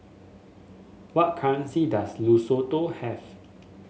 what currency does Lesotho have